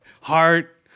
Heart